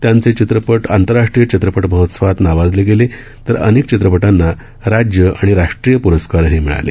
त्यांचे चित्रपट आंतरराष्ट्रीय चित्रपट महोत्सवांत नावाजले गेले तर अनेक चित्रपटांना राज्य आणि राष्ट्रीय प्रस्कारही मिळाले